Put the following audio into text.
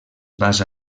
basa